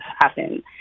happen